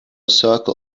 circle